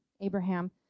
Abraham